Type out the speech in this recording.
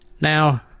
Now